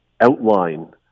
outline